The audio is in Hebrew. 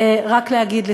רק להגיד לסיום: